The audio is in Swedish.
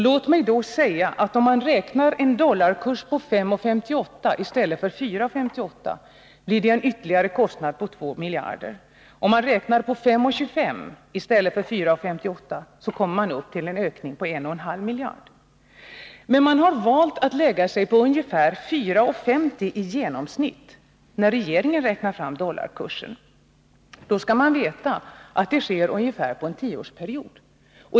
Låt mig då säga, att om man räknar en dollarkurs på 5:58 i stället för 4:58, blir det en ytterligare kostnad på 2 miljarder. Om man räknar på 5:25 i stället för 4:58, kommer man upp till en ökning på 1,5 miljarder. Men regeringen har valt ungefär 4:50 i genomsnitt när den har räknat fram dollarkursen. Då skall man veta att detta sker under ungefär en tioårsperiod.